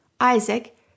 Isaac